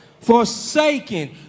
forsaken